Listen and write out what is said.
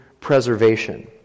preservation